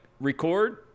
record